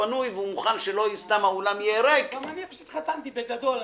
אני התחתנתי בדרום.